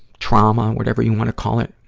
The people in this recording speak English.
trauma, whatever you wanna call it,